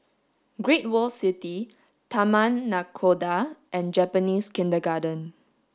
Great World City Taman Nakhoda and Japanese Kindergarten